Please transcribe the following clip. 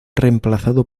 reemplazado